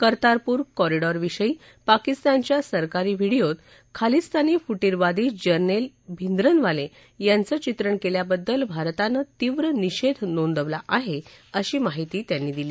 Kartarpur corridor विषयी पाकिस्तानच्या सरकारी व्हीडिओत खालिस्तानी फुटीखादी जनॅल भिंद्रनवाले याचं चित्रण केल्याबद्दल भारतानं तीव्र निषेध नोंदवला आहे अशी माहिती त्यांनी दिली